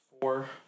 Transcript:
four